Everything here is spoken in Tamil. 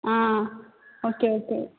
ah okay okay